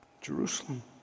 Jerusalem